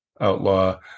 outlaw